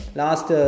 last